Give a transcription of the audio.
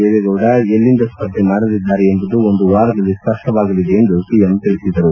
ದೇವೇಗೌಡ ಎಲ್ಲಿಂದ ಸ್ಪರ್ಧೆ ಮಾಡಲಿದ್ದಾರೆ ಎಂಬುದು ಒಂದು ವಾರದಲ್ಲಿ ಸ್ಪಷ್ಟವಾಗಲಿದೆ ಎಂದರು